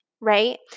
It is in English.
right